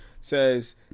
says